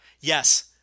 yes